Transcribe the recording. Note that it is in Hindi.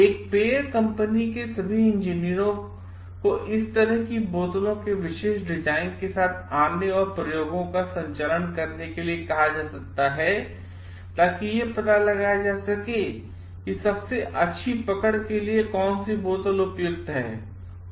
एक पेय कंपनी के सभी इंजीनियरों को इस तरह की बोतलों के विशेष डिजाइन के साथ आने और प्रयोगों का संचालन करने के लिए कहा जा सकता है ताकि यह पता लगाया जा सके कि सबसे अच्छी पकड़ के लिए कौन सी बोतल उपयुक्त है